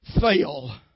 fail